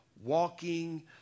walking